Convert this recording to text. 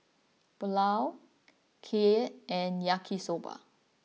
Pulao Kheer and Yaki Soba